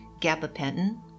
gabapentin